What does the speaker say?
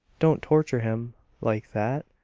don't torture him like that!